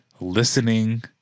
listening